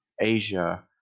Asia